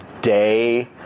day